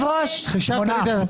נמנע?